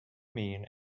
mean